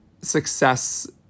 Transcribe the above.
success